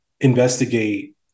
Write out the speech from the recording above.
investigate